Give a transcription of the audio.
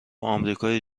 آمریکای